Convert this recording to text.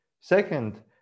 second